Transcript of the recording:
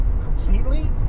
completely